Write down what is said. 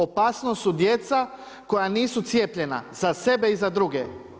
Opasnost su djeca koja nisu cijepljenja, za sebe i za druge.